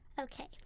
Okay